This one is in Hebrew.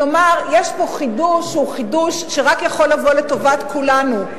כלומר, יש פה חידוש שרק יכול לבוא לטובת כולנו.